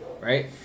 Right